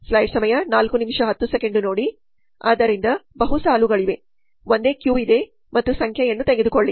ಆದ್ದರಿಂದ ಬಹು ಸಾಲುಗಳಿವೆ ಒಂದೇ ಕ್ಯೂ ಇದೆ ಮತ್ತು ಸಂಖ್ಯೆಯನ್ನು ತೆಗೆದುಕೊಳ್ಳಿ